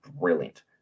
brilliant